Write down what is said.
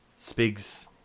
Spigs